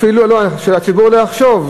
אפילו שהציבור לא יחשוב,